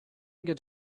get